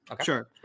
Sure